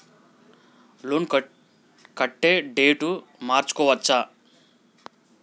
Loan కట్టే date మార్చుకోవచ్చా?